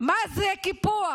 מה זה קיפוח,